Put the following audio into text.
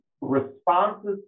responses